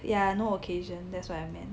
ya no occasion that's what I meant